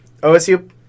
OSU